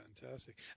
Fantastic